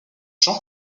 jean